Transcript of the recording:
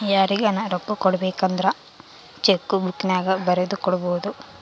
ಯಾರಿಗನ ರೊಕ್ಕ ಕೊಡಬೇಕಂದ್ರ ಚೆಕ್ಕು ಬುಕ್ಕಿನ್ಯಾಗ ಬರೆದು ಕೊಡಬೊದು